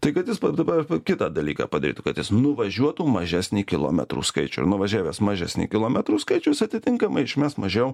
tai kad jis dabar kitą dalyką padarytų kad jis nuvažiuotų mažesnį kilometrų skaičių ir nuvažiavęs mažesnį kilometrų skaičių jisai atitinkamai išmes mažiau